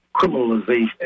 criminalization